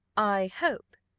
i hope,